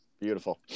Beautiful